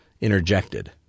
interjected